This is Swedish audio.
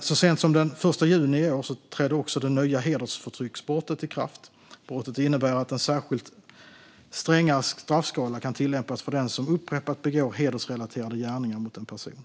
Så sent som den 1 juni i år trädde också det nya hedersförtrycksbrottet i kraft. Brottet innebär att en särskild, strängare straffskala kan tillämpas för den som upprepat begår hedersrelaterade gärningar mot en person.